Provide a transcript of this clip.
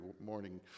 morning